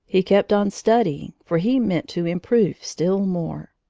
he kept on studying for he meant to improve still more.